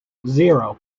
zero